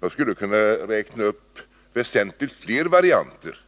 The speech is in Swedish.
Jag skulle kunna räkna upp väsentligt fler varianter